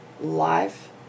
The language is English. life